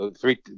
three